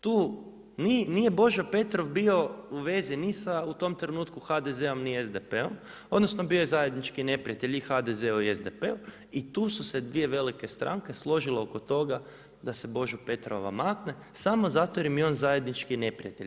Tu nije Božo Petrov bio u vezi ni sa u tom trenutku ni sa HDZ-om, ni SDP-om, odnosno, bio je zajednički neprijatelj i HDZ-u i SDP-u i tu su se dvije velike stranke složile oko toga da se Božu Petrova makne, samo zato jer im je on zajednički neprijatelj.